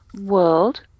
world